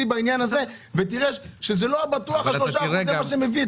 בעניין הזה ותראה שלא בטוח שזה מה שה-3% מביאים.